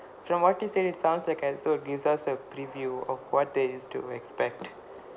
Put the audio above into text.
from what you said it sounds like uh so it gives us a preview of what there is to expect